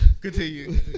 Continue